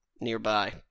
nearby